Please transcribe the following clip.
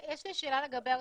יש לי שאלה לגבי ארצות-הברית: